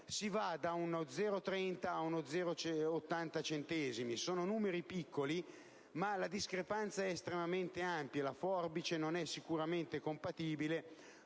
- va da 0,30 a 0,80 centesimi. Sono importi unitari piccoli, ma la discrepanza è estremamente ampia e la forbice non è sicuramente compatibile